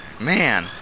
man